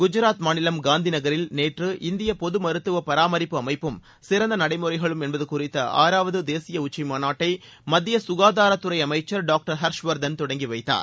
குஜராத் மாநிலம் காந்தி நகரில் நேற்று இந்திய பொது மருத்துவ பராமரிப்பு அமைப்பும் சிறந்த நடைமுறைகளும் என்பது குறித்த ஆறாவது தேசிய உச்சநி மாநாட்டை மத்திய ககாதாரத்துறை அமைச்சர் டாக்டர் ஹர்ஷ்வர்தன் தொடங்கி வைத்தார்